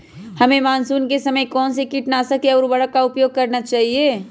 हमें मानसून के समय कौन से किटनाशक या उर्वरक का उपयोग करना चाहिए?